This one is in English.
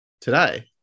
Today